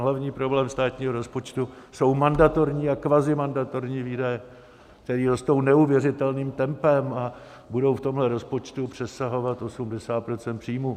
Hlavní problém státního rozpočtu jsou mandatorní a kvazimandatorní výdaje, které rostou neuvěřitelným tempem a budou v tomhle rozpočtu přesahovat 80 % příjmů.